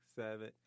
seven